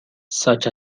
such